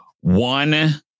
one